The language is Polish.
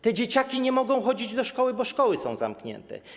Te dzieciaki nie mogą chodzić do szkoły, bo szkoły są zamknięte.